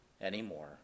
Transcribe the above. anymore